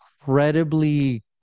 incredibly